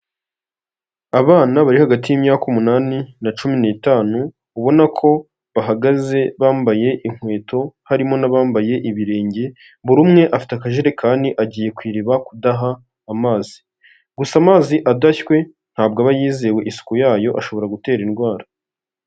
Abana bari hagati y'imyaka umunani na cumi n'tanu, ubona ko bahagaze bambaye inkweto, harimo n'abambaye ibirenge, buri umwe afite akajerekani agiye ku iriba kudaha amazi gusa amazi adashywe ntabwo aba yizewe isuku yayo, ashobora gutera indwara.